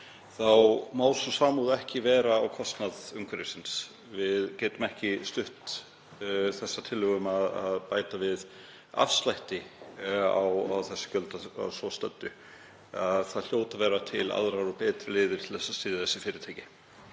þá má sú samúð ekki vera á kostnað umhverfisins. Við getum ekki stutt þessa tillögu um að bæta við afslætti á slík gjöld að svo stöddu. Við hljótum að hafa aðrar og betri leiðir til að styðja þessi fyrirtæki.